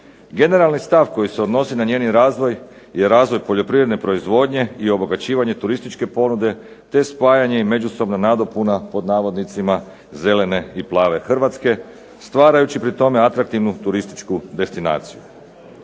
Generalni stav koji se odnosi na njeni razvoj je razvoj poljoprivredne proizvodnje i obogaćivanje turističke ponude, te spajanje i međusobna nadopuna pod navodnicima zelene i plave Hrvatske stvarajući pri tome atraktivnu turističku destinaciju.